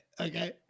Okay